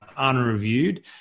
unreviewed